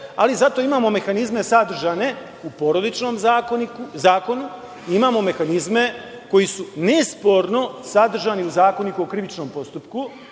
ali zato imamo mehanizme sadržane u porodičnom zakonu i imamo mehanizme koji su nesporno sadržani u Zakoniku o krivičnom postupku,